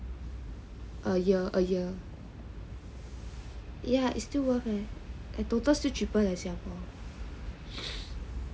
a year a year yeah is still worth then total still cheaper than Singapore